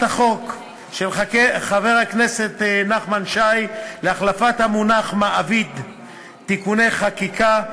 החוק של חבר הכנסת נחמן שי להחלפת המונח מעביד (תיקוני חקיקה).